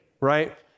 right